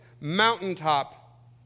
mountaintop